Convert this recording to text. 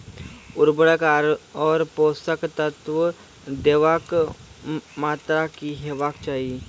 उर्वरक आर पोसक तत्व देवाक मात्राकी हेवाक चाही?